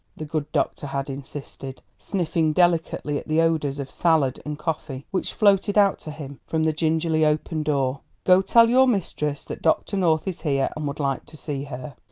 the good doctor had insisted, sniffing delicately at the odours of salad and coffee which floated out to him from the gingerly opened door. go tell your mistress that dr. north is here and would like to see her.